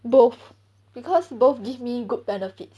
both because both give me good benefits